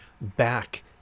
back